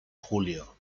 julio